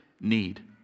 need